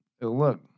Look